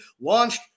launched